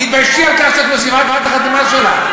תתביישי על כך שאת מוסיפה את החתימה שלך.